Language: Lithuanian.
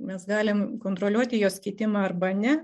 mes galim kontroliuoti jos kitimą arba ne